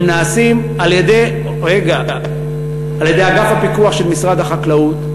הם נעשים על-ידי אגף הפיקוח של משרד החקלאות,